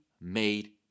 made